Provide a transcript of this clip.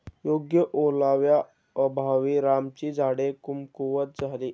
योग्य ओलाव्याअभावी रामाची झाडे कमकुवत झाली